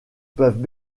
peuvent